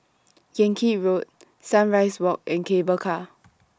Yan Kit Road Sunrise Walk and Cable Car